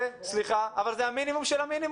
זה, סליחה, אבל זה המינימום של המינימום.